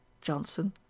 Johnson